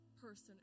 person